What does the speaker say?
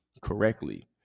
correctly